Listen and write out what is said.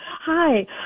Hi